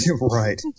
Right